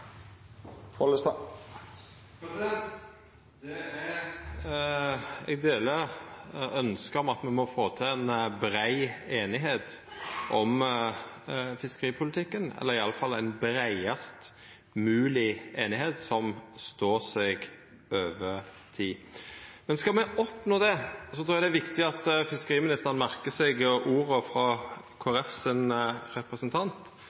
til å følge. Eg deler ønsket om at me må få til ei brei einigheit om fiskeripolitikken, eller iallfall ei breiast mogleg einigheit som står seg over tid. Skal me oppnå det, trur eg det er viktig at fiskeriministeren merkar seg orda frå Kristeleg Folkeparti sin representant,